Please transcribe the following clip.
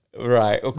Right